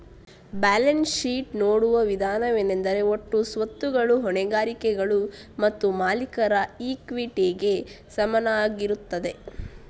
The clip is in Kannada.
ಬ್ಯಾಲೆನ್ಸ್ ಶೀಟ್ ನೋಡುವ ವಿಧಾನವೆಂದರೆ ಒಟ್ಟು ಸ್ವತ್ತುಗಳು ಹೊಣೆಗಾರಿಕೆಗಳು ಮತ್ತು ಮಾಲೀಕರ ಇಕ್ವಿಟಿಗೆ ಸಮನಾಗಿರುತ್ತದೆ